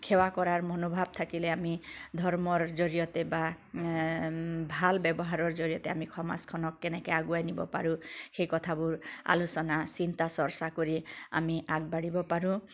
সেৱা কৰাৰ মনোভাৱ থাকিলে আমি ধৰ্মৰ জৰিয়তে বা ভাল ব্যৱহাৰৰ জৰিয়তে আমি সমাজখনক কেনেকে আগুৱাই নিব পাৰোঁ সেই কথাবোৰ আলোচনা চিন্তা চৰ্চা কৰি আমি আগবাঢ়িব পাৰোঁ